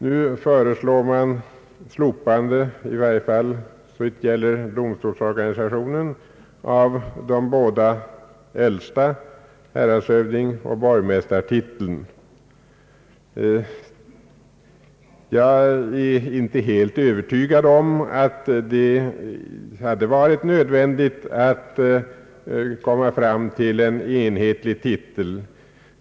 Nu föreslås slopande, i varje fall såvitt gäller domstolsorganisationen, av de båda äldsta — häradshövdingeoch borgmästartitlarna. Jag är inte helt övertygad om att det hade varit nödvändigt att komma fram till en enhetlig titel.